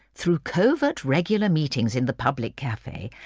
through covert regular meetings in the public cafe,